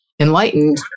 enlightened